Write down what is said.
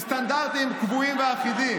עם סטנדרטים קבועים ואחידים,